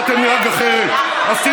אתה תנהג אחרת,